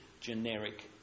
generic